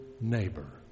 neighbor